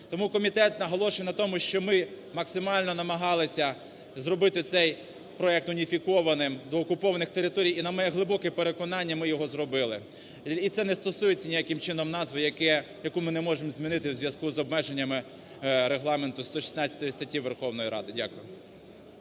Тому комітет наголошує на тому, що ми максимально намагалися зробити це проект уніфікованим до окупованих територій і на моє глибоке переконання ми його зробили. І це не стосується ніяким чином назви, яку ми не можемо змінити у зв'язку з обмеженнями Регламенту, 116 статті Верховної Ради. Дякую.